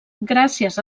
gràcies